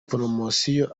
poromosiyo